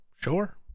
Sure